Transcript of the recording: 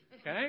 Okay